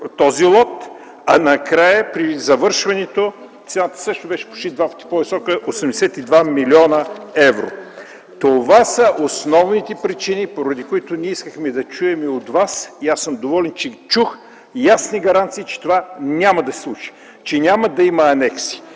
този лот, а накрая, при завършването, цената също беше почти два пъти по-висока – 82 млн. евро. Това са основните причини, поради които ние искахме да чуем и от Вас, и аз съм доволен, че ги чух, ясни гаранции, че това няма да се случи – че няма да има анекси.